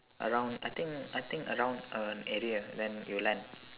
around I think I think around an area then you land